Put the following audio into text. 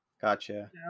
gotcha